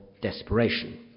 desperation